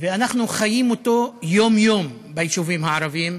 ואנחנו חיים אותו יום-יום ביישובים הערביים,